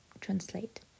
translate